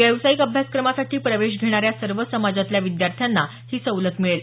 व्यावसायिक अभ्यासक्रमासाठी प्रवेश घेणाऱ्या सर्व समाजातल्या विद्यार्थ्यांना ही सवलत मिळेल